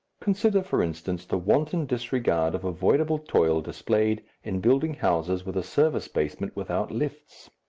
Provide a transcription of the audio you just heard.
consider, for instance, the wanton disregard of avoidable toil displayed in building houses with a service basement without lifts!